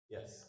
Yes